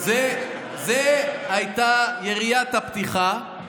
זו הייתה יריית הפתיחה,